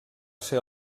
ser